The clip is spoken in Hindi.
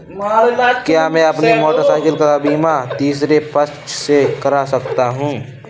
क्या मैं अपनी मोटरसाइकिल का बीमा तीसरे पक्ष से करा सकता हूँ?